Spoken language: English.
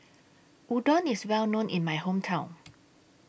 Udon IS Well known in My Hometown